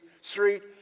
Street